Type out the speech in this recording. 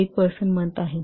8 person month आहे